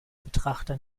betrachter